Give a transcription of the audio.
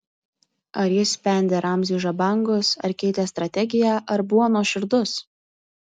ar jis spendė ramziui žabangus ar keitė strategiją ar buvo nuoširdus